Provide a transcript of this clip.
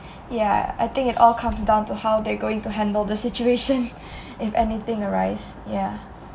ya I think it all comes down to how they're going to handle the situation if anything arise ya